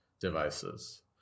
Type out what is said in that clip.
devices